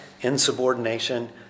insubordination